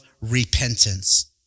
repentance